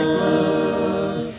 love